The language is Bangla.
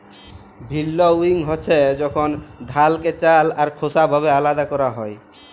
ভিল্লউইং হছে যখল ধালকে চাল আর খোসা ভাবে আলাদা ক্যরা হ্যয়